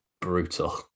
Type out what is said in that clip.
brutal